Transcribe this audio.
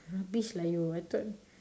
rubbish lah you I thought